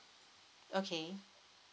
okay